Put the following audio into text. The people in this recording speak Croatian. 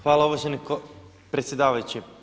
Hvala uvaženi predsjedavajući.